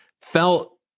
felt